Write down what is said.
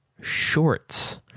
shorts